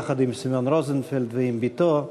יחד עם סמיון רוזנפלד ועם בתו,